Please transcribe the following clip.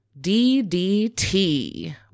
ddt